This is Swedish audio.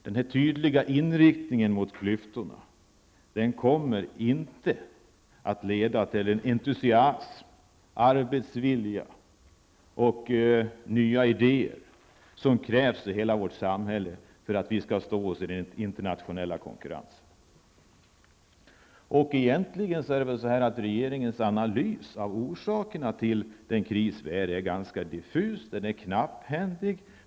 Den tydliga inriktningen mot klyftorna kommer inte att leda till entusiasm, arbetsvilja och nya idéer, vilket krävs i hela vårt samhälle för att vi skall stå oss i den internationella konkurrensen. Regeringens analys av orsakerna till den kris vi befinner oss i är egentligen ganska diffus och knapphändig.